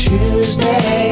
Tuesday